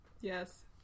Yes